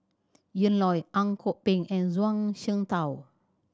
Ian Loy Ang Kok Peng and Zhuang Shengtao